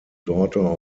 daughter